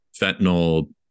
fentanyl